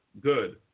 Good